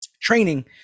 training